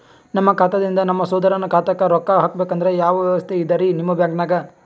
ನಮ್ಮ ಖಾತಾದಿಂದ ನಮ್ಮ ಸಹೋದರನ ಖಾತಾಕ್ಕಾ ರೊಕ್ಕಾ ಹಾಕ್ಬೇಕಂದ್ರ ಯಾವ ವ್ಯವಸ್ಥೆ ಇದರೀ ನಿಮ್ಮ ಬ್ಯಾಂಕ್ನಾಗ?